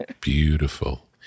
Beautiful